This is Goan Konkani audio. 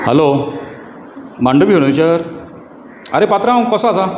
हालो मांडवी फर्नीचर आरे पात्रांव कसो आसा